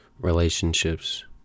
relationships